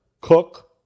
Cook